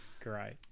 great